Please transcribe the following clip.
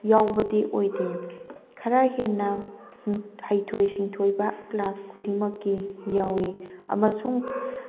ꯌꯥꯎꯕꯗꯤ ꯑꯣꯏꯗꯦ ꯈꯔ ꯍꯦꯟꯅ ꯍꯩꯊꯣꯏ ꯁꯤꯡꯊꯣꯏꯕ ꯀ꯭ꯂꯥꯁ ꯈꯨꯗꯤꯡꯃꯛꯀꯤ ꯌꯥꯎꯏ ꯑꯃꯁꯨꯡ